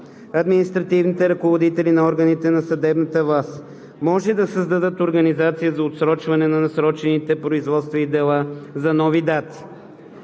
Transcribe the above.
административните ръководители на органите на съдебната власт може да създадат организация за отсрочване на насрочените производства и дела за нови дати.